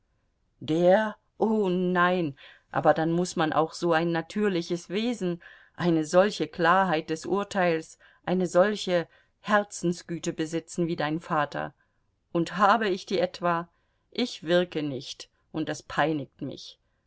der o nein aber dann muß man auch so ein natürliches wesen eine solche klarheit des urteils eine solche herzensgüte besitzen wie dein vater und habe ich die etwa ich wirke nicht und das peinigt mich